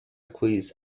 quiz